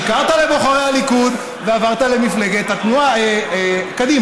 שיקרת לבוחרי הליכוד ועברת למפלגת קדימה.